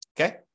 Okay